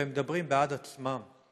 והם מדברים בעד עצמם.